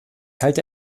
halte